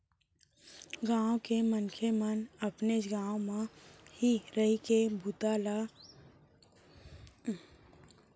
गाँव के मनखे मन अपनेच गाँव म ही रहिके बूता म लगे राहय, कोनो सहर कोती जाय बर झन परय तेखर बर सरकार ह कइठन योजना बनाथे